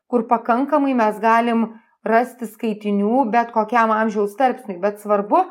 kur pakankamai mes galim rasti skaitinių bet kokiam amžiaus tarpsniui bet svarbu